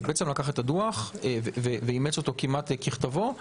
הוא לקח את הדוח ואימץ אותו כמעט ככתבו,